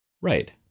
right